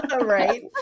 Right